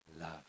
love